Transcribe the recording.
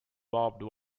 barbed